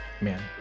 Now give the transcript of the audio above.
Man